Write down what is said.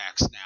now